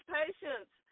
patience